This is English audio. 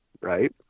right